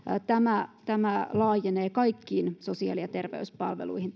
tämä sama tarkastelu laajenee kaikkiin sosiaali ja terveyspalveluihin